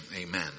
Amen